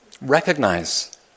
recognize